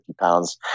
pounds